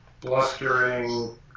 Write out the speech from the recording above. blustering